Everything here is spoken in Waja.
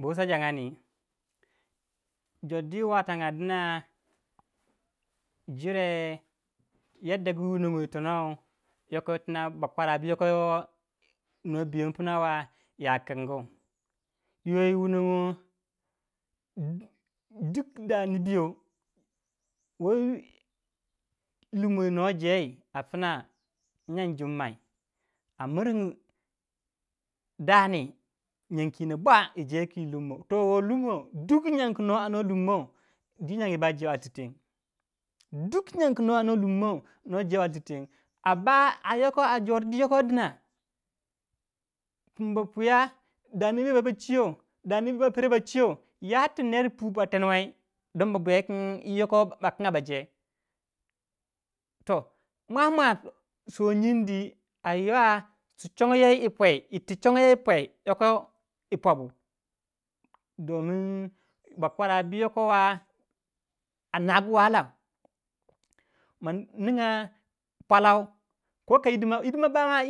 Bu wusa jangandi jordwi yi watanga dina jireh yadda ku yiwunongo yitonou yoko yitina ba kwara bu no biyen pna wa ya kingu yo yi wunon go duk da nibyo wei lummo wu nor jei a pna nyan jummai a mirin gu dandi nyonkinon bua yije lummo. woh lummo duk nyon ku no onduwei kwi nyongu noh jewe alti ten aba ayoko jor di yoko dina pun ba pwiya da nibyo ba chiyo. ba pero bachiyo. ya ti ner pu ba tenuwei don babuya wukun ba kinga ba je toh mmwa mwa so nyindi a yua su chongo yo yi pwe yoko yi pobu ding bakwara bu yoko wa a nogu wahala ma minga puolou. hidima ba